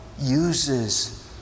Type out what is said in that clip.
uses